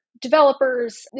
developers